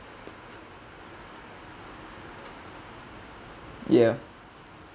ya